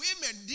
women